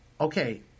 okay